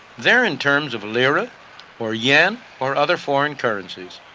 they are in terms of lira or yen or other foreign currencies.